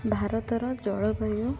ଭାରତର ଜଳବାୟୁ